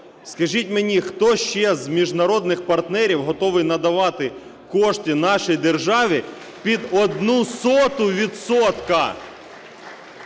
Скажіть мені, хто ще з міжнародних партнерів готовий надавати кошти нашій державі під одну соту відсотка?